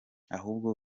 ahubwo